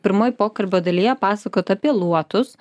pirmoj pokalbio dalyje pasakojot apie luotus